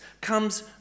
comes